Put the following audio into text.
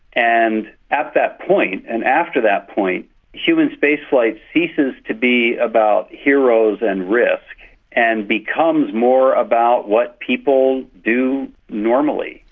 and at that point and after that point human spaceflight ceases to be about heroes and risk and becomes more about what people do normally.